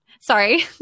Sorry